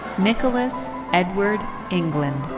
nicholas edward england.